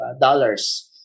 Dollars